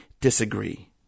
disagree